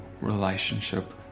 relationship